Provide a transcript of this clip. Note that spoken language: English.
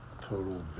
total